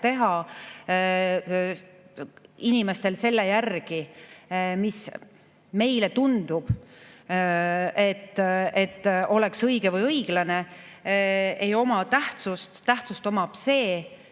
teha inimestel selle järgi, mis meile tundub, et oleks õige või õiglane, ei oma tähtsust. Tähtsust omab see,